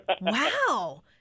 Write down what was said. Wow